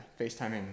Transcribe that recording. facetiming